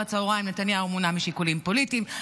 הצוהריים נתניהו מונע משיקולים פוליטיים.